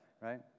right